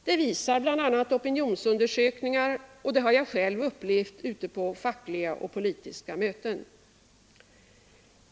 Det visar bl.a. opinionsundersökningar, och det har jag själv upplevt ute på fackliga och politiska möten.